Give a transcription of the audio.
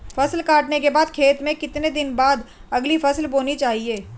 फसल काटने के बाद खेत में कितने दिन बाद अगली फसल बोनी चाहिये?